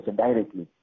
directly